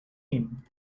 him